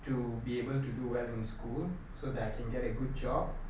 to be able to do well in school so that I can get a good job